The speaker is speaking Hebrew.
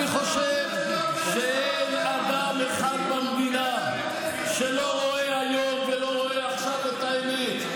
אני חושב שאין אדם אחד במדינה שלא רואה היום ולא רואה עכשיו את האמת,